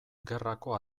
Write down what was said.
gerrako